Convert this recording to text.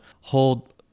hold